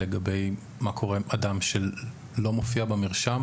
יודעים מה קורה עם אדם שלא מופיע במרשם